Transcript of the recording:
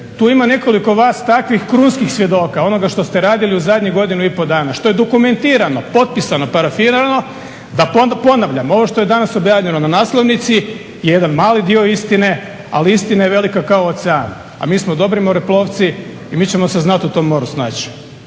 tu ima nekoliko vas takvih krunskih svjedoka onoga što ste radili u zadnjih godinu i pol dana, što je dokumentirano, potpisano, parafirano. Da ponavljam, ovo što je danas objavljeno na naslovnici je jedan mali dio istine, ali istina je velika kao ocean, a mi smo dobri moreplovci i mi ćemo se znat u tom moru snaći.